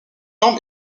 norme